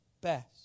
best